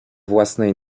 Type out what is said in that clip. własnej